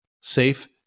safe